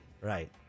Right